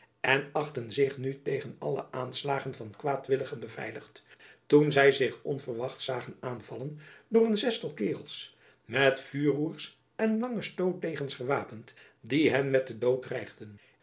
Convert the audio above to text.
en achtten zich nu tegen alle aanslagen van kwaadwilligen beveiligd toen zy zich onverwachts zagen aanvallen door een zestal kaerels met vuurroers en lange stootdegens gewapend die hen met den dood dreigden